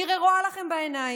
אני הרי רואה לכם בעיניים,